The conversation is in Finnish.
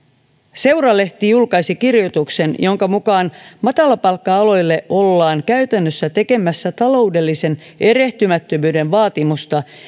seura lehti julkaisi kirjoituksen jonka mukaan matalapalkka aloille ollaan käytännössä tekemässä taloudellisen erehtymättömyyden vaatimusta